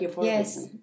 Yes